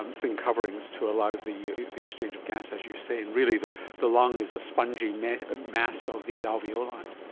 and thin coverings to allow the the exchange of gas, as you say, and really the the lung is a spongy ah mass of these alveoli.